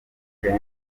ariko